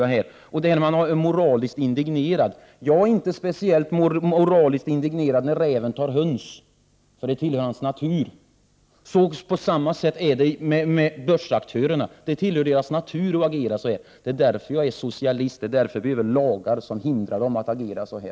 Och där har man varit moraliskt indignerad. Jag är inte speciellt moraliskt indignerad när räven tar höns, för det tillhör hans natur. På samma sätt förhåller det sig med börsaktörerna. Det tillhör deras natur att agera så här. Det är därför jag är socialist. Det är därför vi behöver lagar som hindrar dem att agera så här.